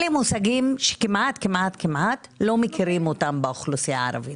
אלה מושגים שכמעט כמעט כמעט לא מכירים אותם באוכלוסייה הערבית.